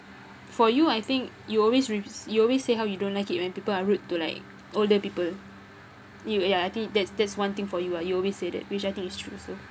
for you I think you always re~ you always say how you don't like it when people are rude to like older people you ya I think that's that's one thing for you ah you always say that which I think is true also